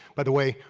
by the way,